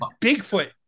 Bigfoot